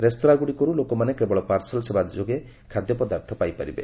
ରେସ୍ତୋରାଁଗୁଡ଼ିକରୁ ଲୋକମାନେ କେବଳ ପାର୍ସଲ ସେବା ଯୋଗେ ଖାଦ୍ୟପଦାର୍ଥ ପାଇପାରିବେ